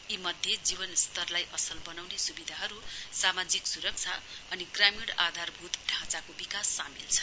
यीमध्ये जीवन स्तरलाई असल वनाउने सुविधाहरु सामाजिक सुरक्षा अनि ग्रामीण आधारभूत ढाँचाको विकास सामेल छन्